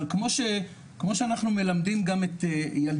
אבל כמו שאנחנו מלמדים גם את ילדי